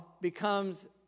becomes